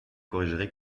corrigerez